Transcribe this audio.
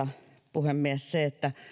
puhemies se että